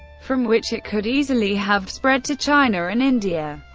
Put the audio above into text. from which it could easily have spread to china and india.